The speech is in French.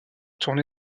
tourné